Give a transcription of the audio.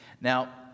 Now